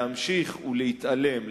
להמשיך ולהתעלם,